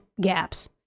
gaps